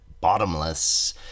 Bottomless